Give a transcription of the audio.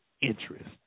interest